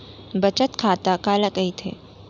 बचत खाता काला कहिथे?